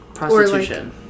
prostitution